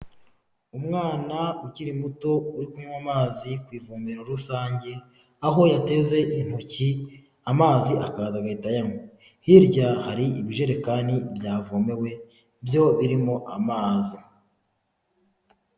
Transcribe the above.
Umwana ukiri muto uri kunywa amazi ku ivomero rusange, aho yateze intoki amazi akaza agahita ayanywa, hirya hari ibijerekani byavomewe byo birimo amazi.